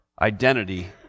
identity